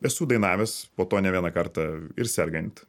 esu dainavęs po to ne vieną kartą ir sergant